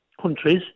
countries